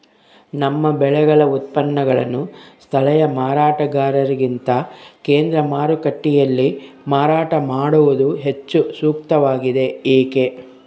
ನಮ್ಮ ಬೆಳೆಗಳ ಉತ್ಪನ್ನಗಳನ್ನು ಸ್ಥಳೇಯ ಮಾರಾಟಗಾರರಿಗಿಂತ ಕೇಂದ್ರ ಮಾರುಕಟ್ಟೆಯಲ್ಲಿ ಮಾರಾಟ ಮಾಡುವುದು ಹೆಚ್ಚು ಸೂಕ್ತವಾಗಿದೆ, ಏಕೆ?